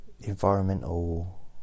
Environmental